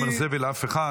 אני לא אומר "זבל" לאף אחד,